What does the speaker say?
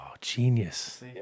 Genius